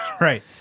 right